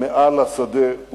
מעל לשדה,